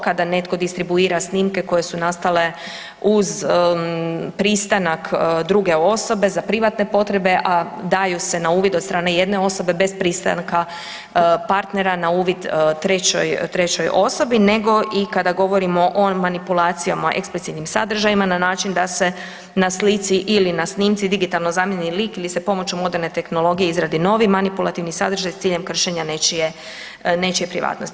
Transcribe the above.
Kada netko distribuira snimke koje su nastale uz pristanak druge osobe za privatne potrebe, a daju se na uvid od strane jedne osobe bez pristanka partnera na uvid trećoj osobi, nego i kada govorimo o manipulacijama eksplicitnim sadržajima na način da se na slici ili na snimci digitalno zamijeni lik ili se pomoću moderne tehnologije izradi novi manipulativni sadržaj s ciljem kršenja nečije privatnosti.